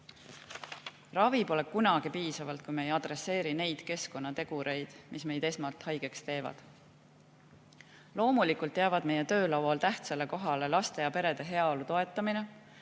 Ravi pole kunagi piisavalt, kui me ei adresseeri neid keskkonnategureid, mis meid esmalt haigeks teevad. Loomulikult jäävad meie töölaual tähtsale kohale laste ja perede heaolu toetamine,